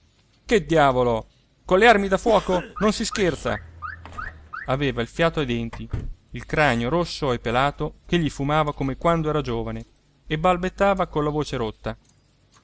che diavolo colle armi da fuoco non si scherza aveva il fiato ai denti il cranio rosso e pelato che gli fumava come quando era giovane e balbettava colla voce rotta